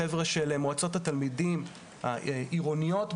החבר'ה של מועצות התלמידים, בעיקר העירוניות,